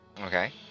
Okay